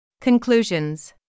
Conclusions